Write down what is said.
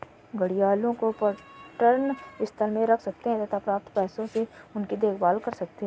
घड़ियालों को पर्यटन स्थल में रख सकते हैं तथा प्राप्त पैसों से उनकी देखभाल कर सकते है